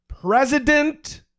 president